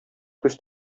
күз